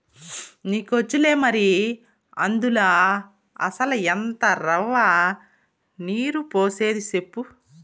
నీకొచ్చులే మరి, అందుల అసల ఎంత రవ్వ, నీరు పోసేది సెప్పు